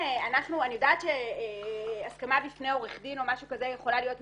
אני יודעת שהסכמה בפני עורך דין יכולה להיות מסרבלת,